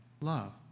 love